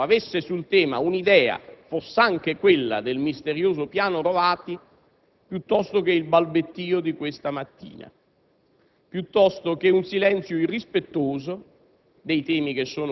che paradossalmente avrei preferito che il Governo avesse sul tema un'idea, foss'anche quella del misterioso piano Rovati, piuttosto che il balbettìo di questa mattina,